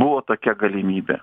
buvo tokia galimybė